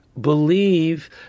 believe